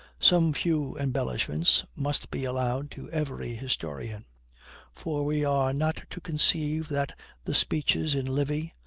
some few embellishments must be allowed to every historian for we are not to conceive that the speeches in livy,